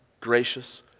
gracious